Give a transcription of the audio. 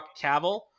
Cavill